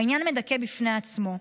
העניין מדכא בפני עצמו.